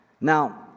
Now